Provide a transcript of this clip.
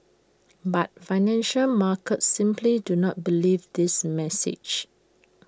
but financial markets simply do not believe this message